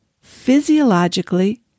physiologically